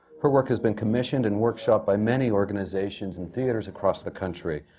her work has been commissioned and workshopped by many organizations and theatres across the country.